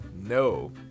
No